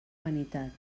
vanitat